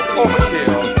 overkill